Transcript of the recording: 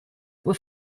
were